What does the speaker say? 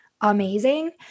Amazing